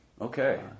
Okay